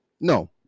No